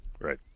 Right